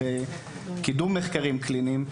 בקידום מחקרים קליניים,